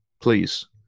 Please